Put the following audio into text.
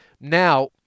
Now